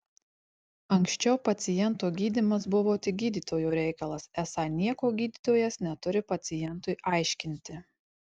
anksčiau paciento gydymas buvo tik gydytojo reikalas esą nieko gydytojas neturi pacientui aiškinti